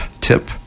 tip